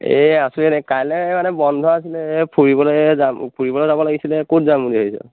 এ আছো এনে কাইলৈ মানে বন্ধ আছিলে ফুৰিবলৈ যাম ফুৰিবলৈ যাব লাগিছিলে ক'ত যাম বুলি ভাবিছ